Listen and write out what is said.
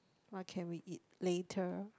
what can we eat later